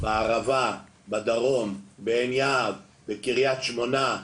בערבה, בדרום, בעין יהב, בקרית שמונה,